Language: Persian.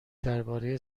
درباره